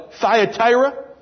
Thyatira